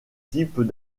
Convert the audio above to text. types